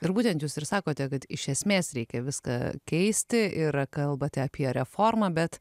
ir būtent jūs ir sakote kad iš esmės reikia viską keisti ir kalbate apie reformą bet